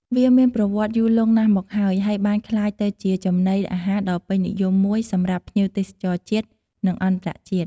វាមានប្រវត្តិយូរលង់ណាស់មកហើយ ហើយបានក្លាយទៅជាចំណីអាហារដ៏ពេញនិយមមួយសម្រាប់ភ្ញៀវទេសចរជាតិ និងអន្តរជាតិ។